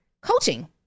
coaching